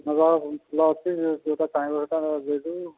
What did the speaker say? ମନ୍ଦାର ଫୁଲ ଅଛି ଯେଉଁ ଯେଉଁଟା ଚାହିଁବ ସେଇଟା ଦେଇଦେବୁ